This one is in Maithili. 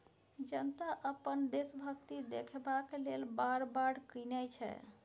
जनता अपन देशभक्ति देखेबाक लेल वॉर बॉड कीनय छै